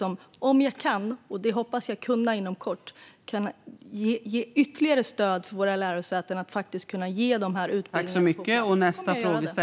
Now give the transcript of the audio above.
Om jag kan, och det hoppas jag kunna inom kort, är jag den första att ge ytterligare stöd till våra lärosäten att faktiskt kunna ge de här utbildningarna på plats.